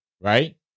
right